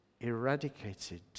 eradicated